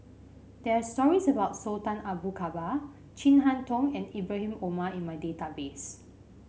there are stories about Sultan Abu Bakar Chin Harn Tong and Ibrahim Omar in my database